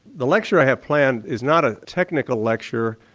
the lecture i have planned is not a technical lecture.